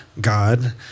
God